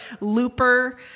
looper